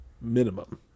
Minimum